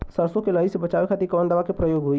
सरसो के लही से बचावे के खातिर कवन दवा के प्रयोग होई?